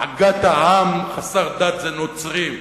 בעגת העם "חסר דת" זה נוצרים,